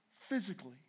physically